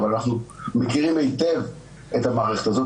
אבל אנחנו מכירים היטב את המערכת הזאת